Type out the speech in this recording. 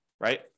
right